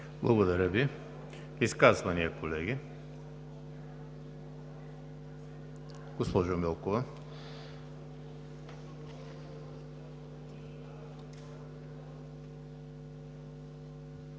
Благодаря Ви. Изказвания, колеги? Госпожо Милкова,